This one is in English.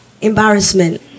Embarrassment